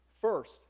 First